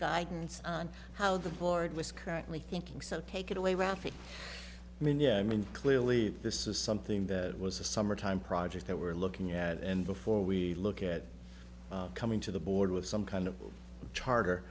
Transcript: guidance on how the board was currently thinking so take it away rafiq i mean yeah i mean clearly this is something that was a summertime project that we're looking at and before we look at coming to the board with some kind of charter